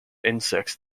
insects